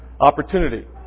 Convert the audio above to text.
opportunity